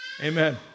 Amen